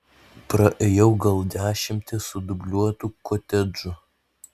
praėjau gal dešimtį sudubliuotų kotedžų